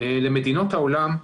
למדינות העולם,